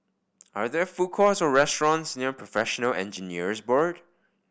are there food courts or restaurants near Professional Engineers Board